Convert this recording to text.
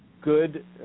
good